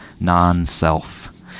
non-self